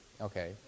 okay